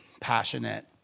passionate